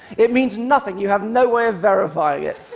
it means nothing. you have no way of verifying it.